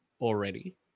already